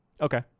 Okay